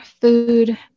food